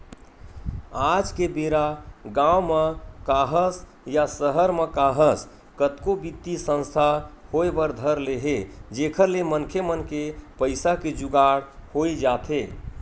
आज के बेरा गाँव म काहस या सहर म काहस कतको बित्तीय संस्था होय बर धर ले हे जेखर ले मनखे मन के पइसा के जुगाड़ होई जाथे